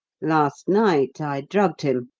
last night i drugged him,